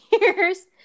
years